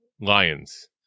Lions